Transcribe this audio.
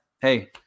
Hey